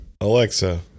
Alexa